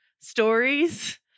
stories